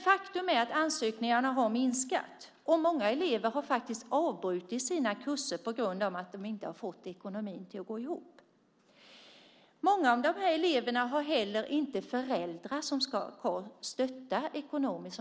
Faktum är att ansökningarna har minskat. Många elever har avbrutit sina kurser på grund av att de inte har fått ekonomin att gå ihop. Många av eleverna har heller inte föräldrar som kan stötta ekonomiskt.